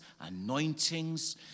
anointings